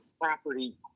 property